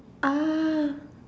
ah